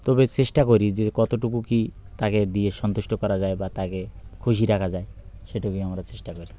তবে চেষ্টা করি যে কতটুকু কি তাকে দিয়ে সন্তুষ্ট করা যায় বা তাকে খুশি রাখা যায় সেটুকুই আমরা চেষ্টা করি